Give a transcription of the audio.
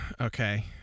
Okay